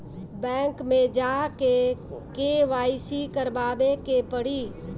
Bank मे जा के के.वाइ.सी करबाबे के पड़ी?